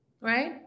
right